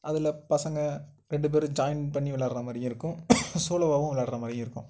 அதில் பசங்கள் ரெண்டு பேரு ஜாயிண்ட் பண்ணி விளாட்ற மாதிரியும் இருக்கும் சோலோவாவும் விளாட்ற மாதிரியும் இருக்கும்